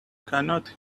cannot